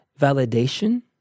validation